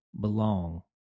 belong